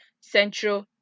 Central